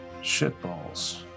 shitballs